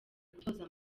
gutoza